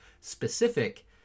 specific